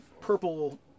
purple